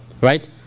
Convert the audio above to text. Right